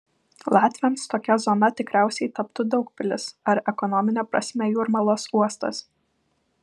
latviams tokia zona tikriausiai taptų daugpilis ar ekonomine prasme jūrmalos uostas